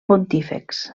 pontífex